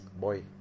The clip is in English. boy